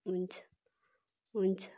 हुन्छ हुन्छ